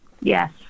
Yes